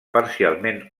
parcialment